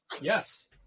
Yes